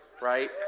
right